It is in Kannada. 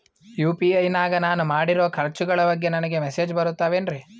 ಯು.ಪಿ.ಐ ನಾಗ ನಾನು ಮಾಡಿರೋ ಖರ್ಚುಗಳ ಬಗ್ಗೆ ನನಗೆ ಮೆಸೇಜ್ ಬರುತ್ತಾವೇನ್ರಿ?